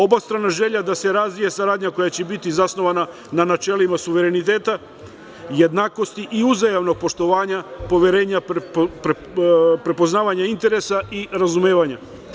Obostrana želja da se razvije saradnja koja će biti zasnovana na načelima suvereniteta, jednakosti i uzajamnog poštovanja, poverenja, prepoznavanje interesa i razumevanja.